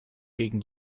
gegen